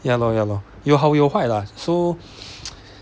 ya loh ya loh 有好有坏 lah so